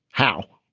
how?